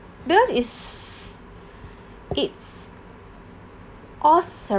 because it's it's all surround